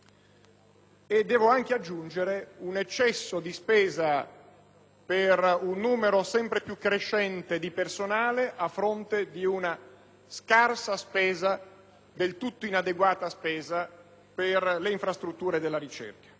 e, devo aggiungere, un eccesso di spesa per un numero sempre più crescente di personale a fronte di una spesa del tutto inadeguata per le infrastrutture della ricerca.